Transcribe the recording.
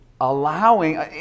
allowing